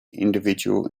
individual